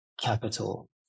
capital